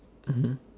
mmhmm